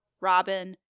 Robin